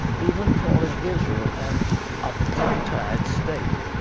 even calling israel an apartheid state.